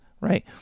right